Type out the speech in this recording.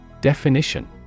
Definition